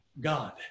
God